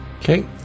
Okay